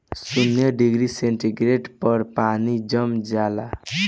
शून्य degree centigrade पर पानी जम जाला